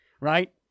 Right